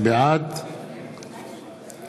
בעד